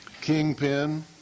Kingpin